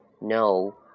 No